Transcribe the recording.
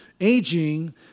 Aging